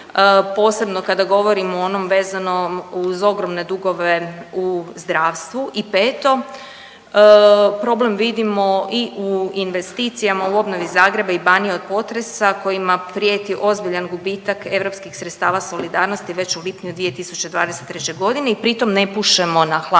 posebno kada govorimo o onom vezanom uz ogromne dugove u zdravstvu i peto, problem vidimo i u investicijama, u obnovi Zagreba i Banije od potresa kojima prijeti ozbiljan gubitak europskih sredstava solidarnosti već u lipnju 2023. g. i pritom ne pušemo na hladno